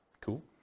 Cool